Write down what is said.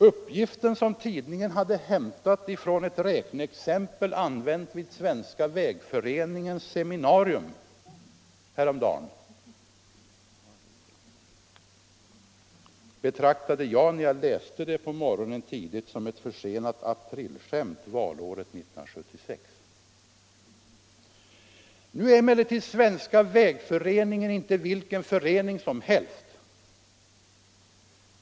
Uppgiften som tidningen hade hämtat från ett räkneexempel använt vid Svenska vägföreningens seminarium häromdagen, betraktade jag när jag läste det tidigt på morgonen som ett försenat aprilskämt valåret 1976. Nu är emellertid Svenska vägföreningen inte vilken förening som helst.